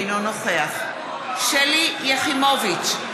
אינו נוכח שלי יחימוביץ,